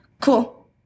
cool